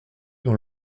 dans